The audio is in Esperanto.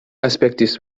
aspektis